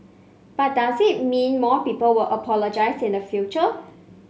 but does that mean more people will apologise in the future